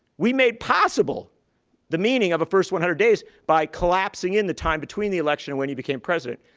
we made possible the meaning of a first one hundred days by collapsing in the time between the election and when he became president.